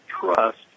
trust